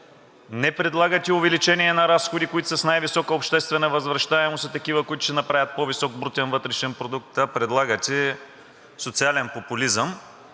Не предлагате увеличение на разходи, които са с най-висока обществена възвръщаемост, и такива, които ще направят по-висок брутен вътрешен продукт, а предлагате социален популизъм.